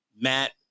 matt